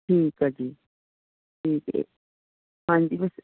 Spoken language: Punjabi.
ਠੀਕ ਆ ਜੀ ਠੀਕ ਆ ਹਾਂਜੀ ਬਸ